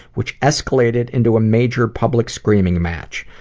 which escalated into a major public screaming match.